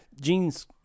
jeans